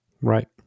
Right